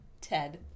Ted